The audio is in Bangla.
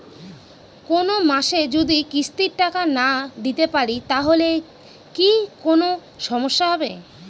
কোনমাসে যদি কিস্তির টাকা না দিতে পারি তাহলে কি কোন সমস্যা হবে?